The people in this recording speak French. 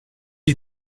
est